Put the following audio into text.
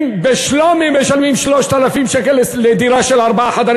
אם בשלומי משלמים 3,000 שקל לדירה של שלושה חדרים,